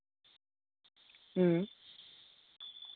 ᱦᱮᱸ